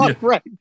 right